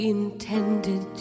intended